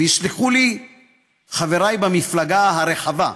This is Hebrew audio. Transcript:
ויסלחו לי חבריי במפלגה הרחבה,